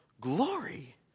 glory